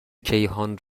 کیهان